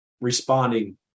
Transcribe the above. responding